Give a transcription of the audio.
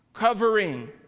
covering